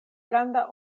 granda